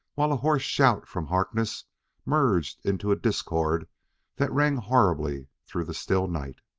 while a hoarse shout from harkness merged into a discord that rang horribly through the still night.